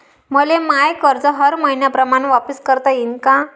मले माय कर्ज हर मईन्याप्रमाणं वापिस करता येईन का?